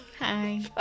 Hi